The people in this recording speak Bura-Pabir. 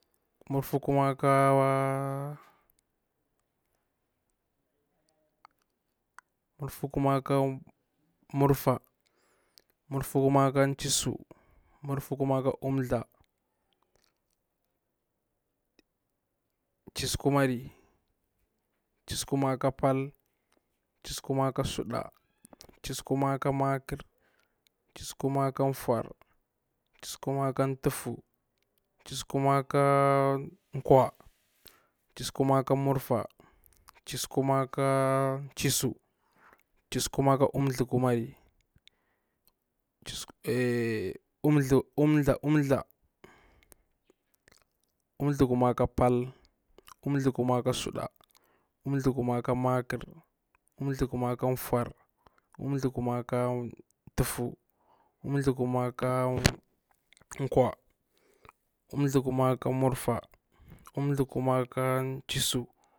Murfukuma ka, murfukuma ka mrufa, murfu kuma ka chisu, murfukuma ka unthla, chisu kumari, chisu kuma ka pal, chisu kuma ka suɗa, chisu kuma ka maƙar, chisu kuma ka far, chisu kuma ka tufu, chisu kuma ka kwa, chisukuma ka murfa, chisu kuma ka chisu, chisu kuma ka unthla kumari, unthukuma ka pal, unthlukuma ka suɗa, unthlukuma ka makar, nthlukuma ka fur, unthlukuma ka tufu, unthlukuma ka kwa, unthlukuma ka murfa, umthlukuma ka chisu.